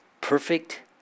perfect